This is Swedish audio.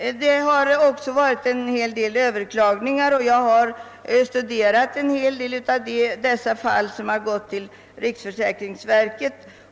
Det har också förekommit en hel del överklaganden, och jag har studerat en del av de fall som gått till riksförsäkringsverket.